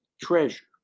treasure